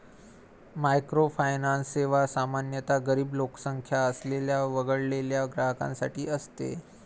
microfinance सेवा सामान्यतः गरीब लोकसंख्या असलेल्या वगळलेल्या ग्राहकांसाठी असते